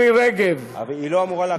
אבל היא לא אמורה להקשיב?